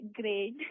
great